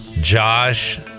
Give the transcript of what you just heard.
Josh